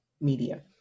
media